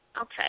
Okay